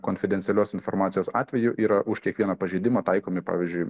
konfidencialios informacijos atveju yra už kiekvieną pažeidimą taikomi pavyzdžiui